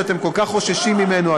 שאתם כל כך חוששים ממנו.